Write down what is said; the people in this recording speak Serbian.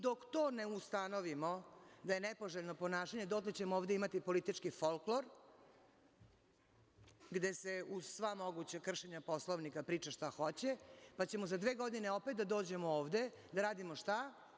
Dok to ne ustanovimo da je nepoželjno ponašanje dotle ćemo ovde imati politički folklor, gde se uz sva moguća kršenja Poslovnika priča šta hoće, pa ćemo za dve godine opet da dođemo ovde, da radimo šta?